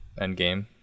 Endgame